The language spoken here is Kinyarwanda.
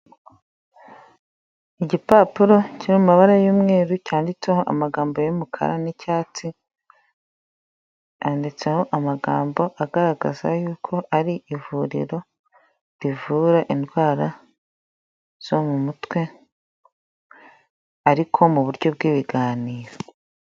Igipapuro cyo mumabara y'umweru cyanditseho amagambo y'umukara n'icyatsi, yanditseho amagambo agaragaza yuko ari ivuriro rivura indwara zo mu mutwe ariko mu buryo bw'ibiganiro.